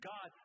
God